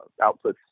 outputs